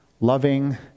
loving